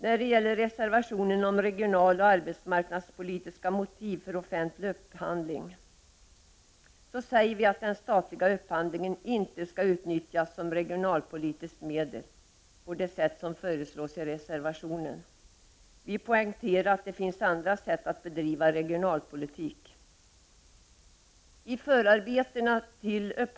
När det gäller reservationen om regionaloch arbetsmarknadspolitiska motiv för offentlig upphandling säger vi att den statliga upphandlingen inte skall utnyttjas som regionalpolitiskt medel på det sätt som föreslås i reservationen. Vi poängterar att det finns andra sätt att bedriva regionalpolitik.